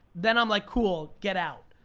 then i'm like cool, get out.